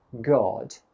God